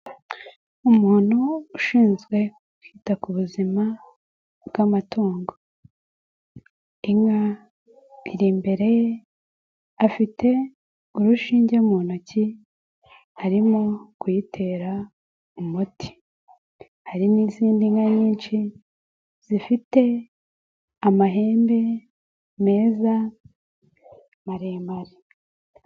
Umuntu ushinzwe kwita ku buzima bw'amatungo. Inka iri imbere ye, afite urushinge mu ntoki arimo kuyitera umuti. Hari n'izindi nka nyinshi, zifite amahembe meza maremare.